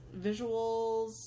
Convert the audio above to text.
visuals